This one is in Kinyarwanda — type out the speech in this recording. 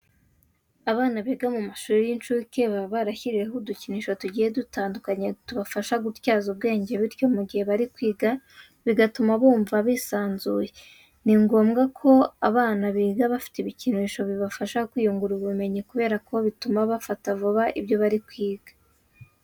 Abana biga mu mashuri y'incuke baba barashyiriweho udukinisho tugiye dutandukanye tubafasha gutyaza ubwenge bityo mu gihe bari kwiga bigatuma bumva bisanzuye. Ni ngomwa ko abana biga bafite ibikinisho bibafasha kwiyingura ubumenyi kubera ko bituma bafata vuba ibyo bari kwiga.